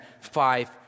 five